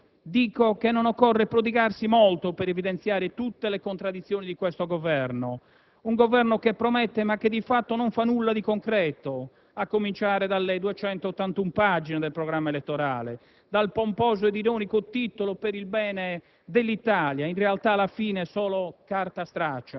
deboli ed inefficaci. Al presidente Prodi dico che non occorre prodigarsi molto per evidenziare tutte le contraddizioni di questo Governo. Un Governo che promette ma che di fatto non fa nulla di concreto. A cominciare dalle 281 pagine del programma elettorale, dal pomposo ed ironico titolo «Per il bene